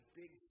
big